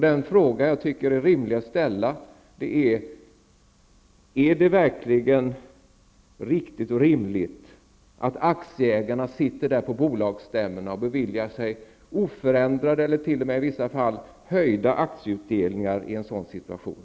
Den fråga som jag då tycker är rimlig att ställa är följande: Är det verkligen riktigt och rimligt att aktieägarna sitter på bolagsstämmorna och beviljar sig oförändrade eller i vissa fall t.o.m. höjda aktieutdelningar i en sådan situation?